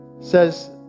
says